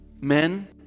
Men